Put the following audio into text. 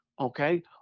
Okay